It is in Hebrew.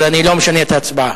אבל אני לא משנה את ההצבעה.